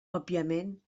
òbviament